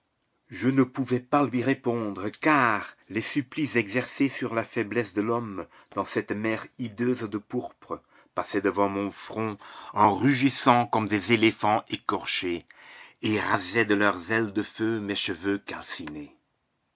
je ne pouvais pas lui répondre car les supplices exercés sur la faiblesse de l'homme dans cette mer hideuse de pourpre passaient devant mon front en rugissant comme des éléphants écorchés et rasaient de leurs ailes de feu mes cheveux calcinés